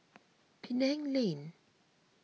Penang Lane